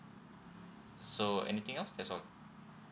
so anything else that's all